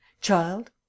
Child